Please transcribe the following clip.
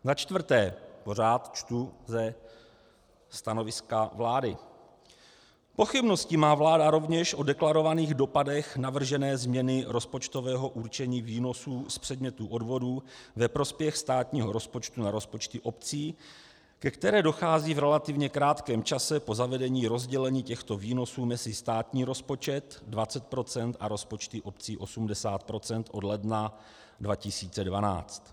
Za čtvrté, pořád čtu ze stanoviska vlády: Pochybnosti má vláda rovněž o deklarovaných dopadech navržené změny rozpočtového určení výnosů z předmětných odvodů ve prospěch státního rozpočtu na rozpočty obcí, ke které dochází v relativně krátkém čase po zavedení rozdělení těchto výnosů mezi státní rozpočet 20 % a rozpočty obcí 80 % od 1. ledna 2012.